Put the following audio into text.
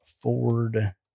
Ford